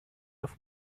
auf